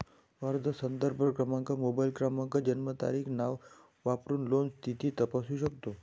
अर्ज संदर्भ क्रमांक, मोबाईल क्रमांक, जन्मतारीख, नाव वापरून लोन स्थिती तपासू शकतो